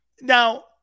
Now